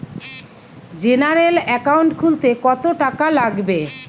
General account খুলতে কত টাকা লাগবে?